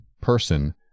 person